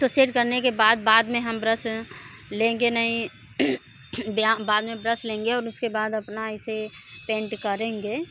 तो सेड करने के बाद बाद में हम ब्रस लेंगे नहीं ब्या बाद में ब्रस लेंगे और उसके बाद अपना इसे पेंट करेंगे